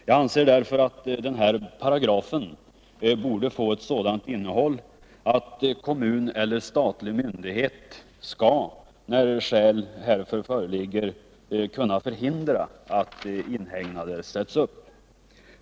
Jag anser därför att denna paragraf borde få ett sådant innehåll att kommun eller statlig myndighet när skäl härför föreligger kan förhindra att inhägnad sätts upp.